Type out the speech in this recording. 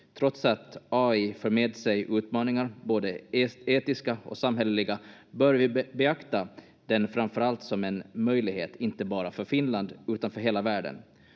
Trots att AI för med sig utmaningar, både etiska och samhälleliga, bör vi beakta den framför allt som en möjlighet, inte bara för Finland utan för hela världen.